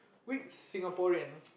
which Singaporean